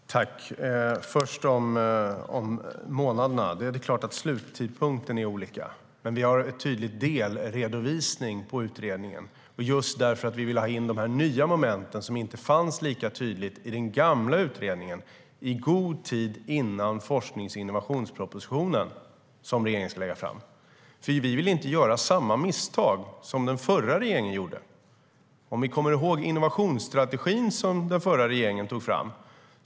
Fru talman! Låt mig först svara på frågan om månaderna. Det är klart att sluttidpunkten är olika, men det finns en tydlig delredovisning för utredningen. Det är därför att vi vill ha in de nya momenten som inte fanns med lika tydligt i den gamla utredningen i god tid innan regeringen ska lägga fram forsknings och innovationspropositionen. Vi vill inte göra samma misstag som den förra regeringen gjorde. Kommer ni ihåg innovationsstrategin som den förra regeringen tog fram?